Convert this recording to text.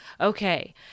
Okay